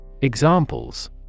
Examples